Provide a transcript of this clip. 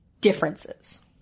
differences